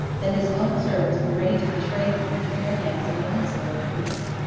that his own servants were ready to betray him into the hands of an insolent priest.